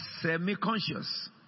semi-conscious